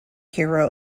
hero